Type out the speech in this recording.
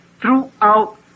throughout